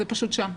זה פשוט שם.